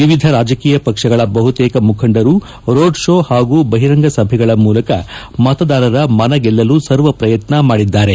ವಿವಿಧ ರಾಜಕೀಯ ಪಕ್ಷಗಳ ಬಹುತೇಕ ಮುಖಂಡರು ರೋಡ್ ಶೋ ಹಾಗೂ ಬಹಿರಂಗ ಸಭೆಗಳ ಮೂಲಕ ಮತದಾರರ ಮನ ಗೆಲ್ಲಲು ಸರ್ವ ಪ್ರಯತ್ವ ಮಾಡಿದ್ದಾರೆ